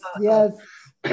Yes